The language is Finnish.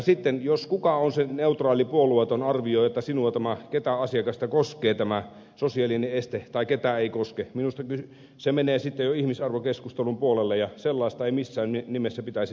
sitten kuka on sen neutraali puolueeton arvioija ketä asiakasta koskee tämä sosiaalinen este tai ketä ei koske minusta se menee sitten jo ihmisarvokeskustelun puolelle ja sellaista ei missään nimessä pitäisi sallia